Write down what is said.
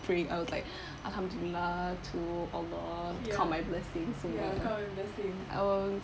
pray I was like to allah to count my blessings semua